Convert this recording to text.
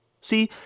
See